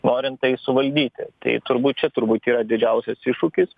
norint tai suvaldyti tai turbūt čia turbūt yra didžiausias iššūkis